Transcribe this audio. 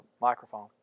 microphone